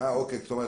זאת אומרת,